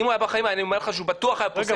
אם הוא היה בחיים אני אומר לך שהוא בטוח שהוא היה פוסק